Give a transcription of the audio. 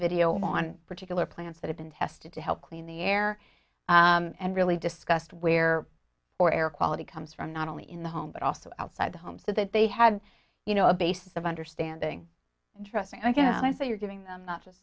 video on particular plants that have been tested to help clean the air and really discussed where for air quality comes from not only in the home but also outside the home so that they had you know a basis of understanding and trust and again i say you're giving them